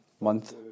month